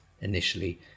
initially